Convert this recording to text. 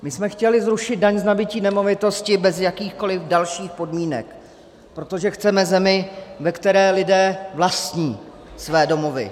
My jsme chtěli zrušit daň z nabytí nemovitosti bez jakýchkoliv dalších podmínek, protože chceme zemi, ve které lidé vlastní své domovy.